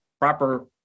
proper